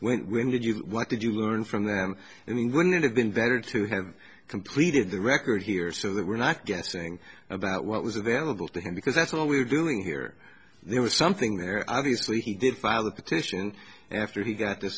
when when did you what did you learn from them i mean wouldn't it have been better to have completed the record here so that we're not guessing about what was available to him because that's what we're doing here there was something there obviously he did file a petition after he got th